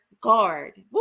guard